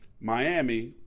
Miami